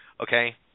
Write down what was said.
okay